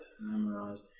memorized